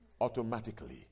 Automatically